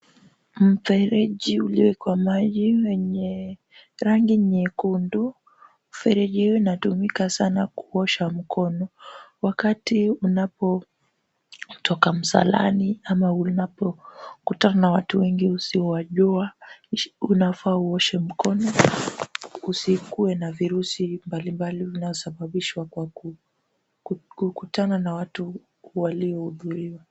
Mfereji uliowekwa maji wenye rangi nyekundu, mfereji huu unatumika sana kuosha mkono wakati unapotoka msalani ama unapokutana na watu wengi usiowajua unafaa uoshe mkono usikue na virusi mbalimbali vinavyosababishwa kwa kukutana na watu walioathiriwa.